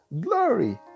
glory